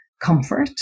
comfort